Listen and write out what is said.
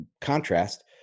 contrast